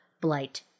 blight